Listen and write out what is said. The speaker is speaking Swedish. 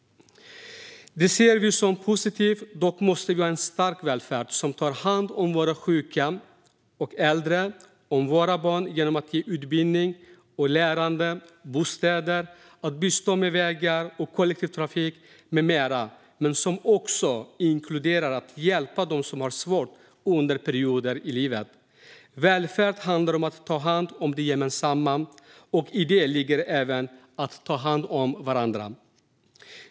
Detta ser vi som positivt. Dock måste vi ha en stark välfärd som tar hand om våra sjuka och äldre och om våra barn genom att ge utbildning och lärande, som bistår med bostäder, vägar och kollektivtrafik med mera men som också inkluderar och hjälper dem som har det svårt under perioder i livet. Välfärd handlar om att ta hand om det gemensamma, och i detta ligger även att ta hand om varandra.